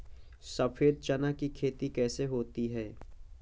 सफेद चना की खेती कैसे होती है?